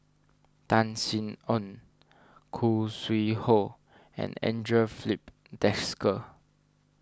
Tan Sin Aun Khoo Sui Hoe and andre Filipe Desker